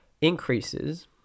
increases